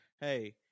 Hey